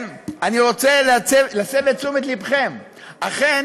אני רוצה להסב את תשומת לבכם לכך